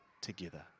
together